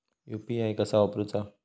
UPI कसा वापरूचा?